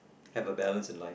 have a balance in life